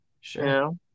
Sure